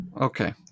Okay